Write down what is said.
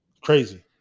crazy